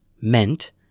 meant